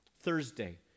Thursday